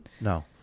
No